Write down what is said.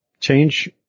change